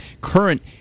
current